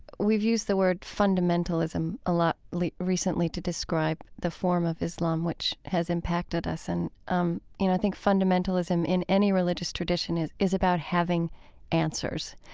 we've used the word fundamentalism a lot like recently to describe the form of islam which has impacted us. and um you know i think fundamentalism, in any religious tradition, is is about having answers.